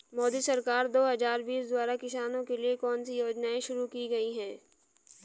मोदी सरकार दो हज़ार बीस द्वारा किसानों के लिए कौन सी योजनाएं शुरू की गई हैं?